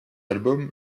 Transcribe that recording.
album